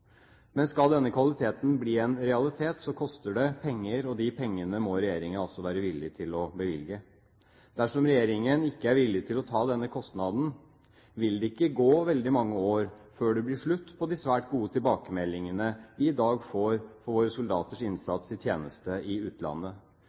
Men skal denne kvaliteten bli en realitet, koster det penger, og de pengene må regjeringen være villig til å bevilge. Dersom regjeringen ikke er villig til å ta denne kostnaden, vil det ikke gå veldig mange år før det blir slutt på de svært gode tilbakemeldingene vi i dag får for våre soldaters